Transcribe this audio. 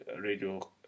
radio